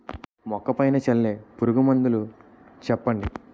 మొక్క పైన చల్లే పురుగు మందులు చెప్పండి?